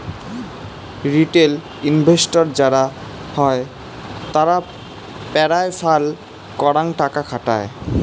retail investor যারা হই তারা পেরায় ফাল করাং টাকা খাটায়